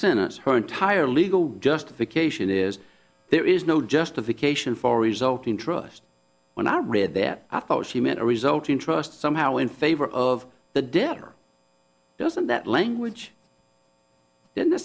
sentence her entire legal justification is there is no justification for resulting trust when i read that i thought she meant resulting trust somehow in favor of the debtor doesn't that language